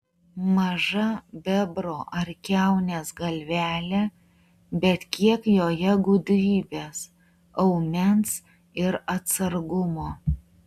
maža bebro ar kiaunės galvelė bet kiek joje gudrybės aumens ir atsargumo